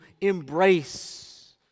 embrace